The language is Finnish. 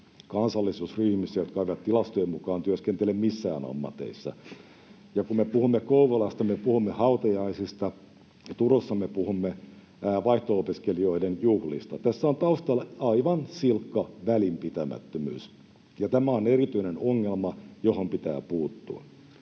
kansallisuusryhmissä, jotka eivät tilastojen mukaan työskentele missään ammateissa, ja kun me puhumme Kouvolasta, me puhumme hautajaisista ja Turussa me puhumme vaihto-opiskelijoiden juhlista. Tässä on taustalla aivan silkka välinpitämättömyys, ja tämä on erityinen ongelma, johon pitää puuttua.